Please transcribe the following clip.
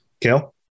Kale